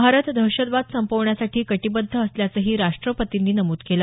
भारत दहशतवाद संपवण्यासाठी कटीबद्ध असल्याचंही राष्ट्रपतींनी नमूद केलं